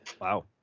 Wow